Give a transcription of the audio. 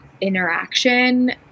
interaction